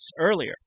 earlier